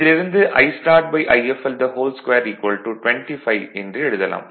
இதிலிருந்து IstartIfl2 25 என்று எழுதலாம்